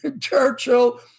Churchill